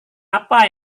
apa